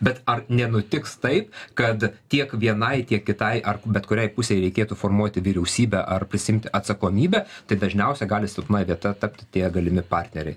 bet ar nenutiks taip kad tiek vienai tiek kitai ar bet kuriai pusei reikėtų formuoti vyriausybę ar prisiimti atsakomybę tai dažniausia gali silpna vieta taptų tie galimi partneriai